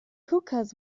hookahs